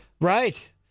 Right